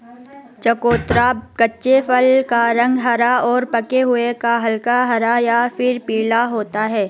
चकोतरा कच्चे फल का रंग हरा और पके हुए का हल्का हरा या फिर पीला होता है